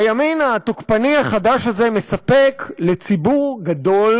הימין התוקפני החדש הזה מספק לציבור גדול